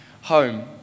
home